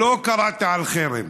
לא קראת לחרם.